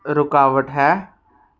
ਰੁਕਾਵਟ ਹੈ